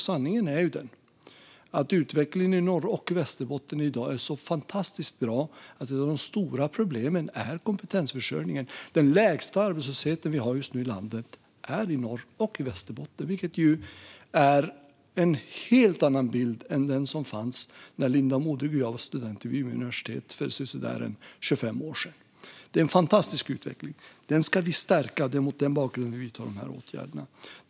Sanningen är ju den att utvecklingen i Norrbotten och Västerbotten i dag är så fantastiskt bra att ett av de stora problemen är kompetensförsörjningen. Den lägsta arbetslösheten vi har just nu i landet är i Norrbotten och Västerbotten, vilket är en helt annan bild än den som fanns när Linda Modig och jag var studenter vid Umeå universitet för sisådär 25 år sedan. Det är en fantastisk utveckling. Den ska vi stärka, och det är mot den bakgrunden som vi vidtar de här åtgärderna.